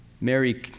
Mary